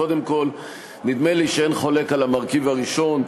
קודם כול, נדמה לי שאין חולק על המרכיב הראשון: